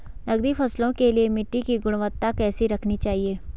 नकदी फसलों के लिए मिट्टी की गुणवत्ता कैसी रखनी चाहिए?